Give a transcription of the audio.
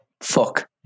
Fuck